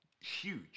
Huge